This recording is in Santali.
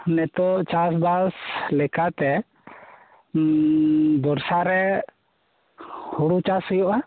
ᱱᱮᱛᱚᱜ ᱪᱟᱥ ᱵᱟᱥ ᱞᱮᱠᱟᱛᱮ ᱵᱚᱨᱥᱟ ᱨᱮ ᱦᱩᱲᱩ ᱪᱟᱥ ᱦᱩᱭᱩᱜ ᱟ